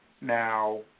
Now